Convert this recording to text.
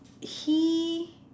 he